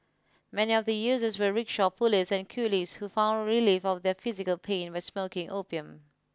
many of the users were rickshaw pullers and coolies who found relief of their physical pain by smoking opium